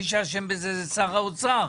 מי שאשם בזה זה שר האוצר,